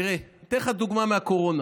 תראה, אתן לך דוגמה מהקורונה.